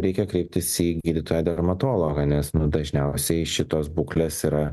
reikia kreiptis į gydytoją dermatologą nes dažniausiai šitos būklės yra